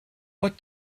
what